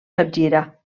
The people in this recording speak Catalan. capgira